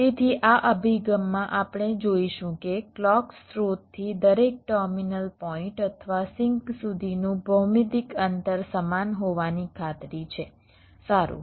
તેથી આ અભિગમમાં આપણે જોઈશું કે ક્લૉક સ્રોતથી દરેક ટર્મિનલ પોઈન્ટ અથવા સિંક સુધીનું ભૌમિતિક અંતર સમાન હોવાની ખાતરી છે સારું